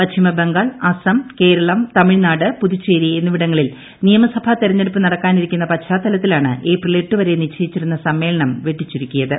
പശ്ചിമബംഗാൾ അസം കേരളം തമിഴ്നാട് പുതുച്ചേരി എന്നിവിടങ്ങളിൽ നിയമസഭാ തെരഞ്ഞെടുപ്പ് നടക്കാനിരിക്കുന്ന പശ്ചാത്തലത്തിലാണ് ഏപ്രിൽ എട്ട് വരെ ് നിശ്ചയിച്ചിരുന്ന സമ്മേളനം വെട്ടിചുരുക്കിയത്